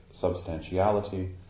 substantiality